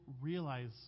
realize